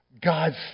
God's